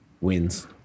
wins